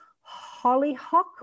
Hollyhock